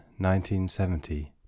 1970